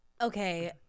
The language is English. Okay